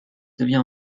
devient